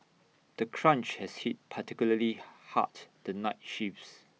the crunch has hit particularly hard the night shifts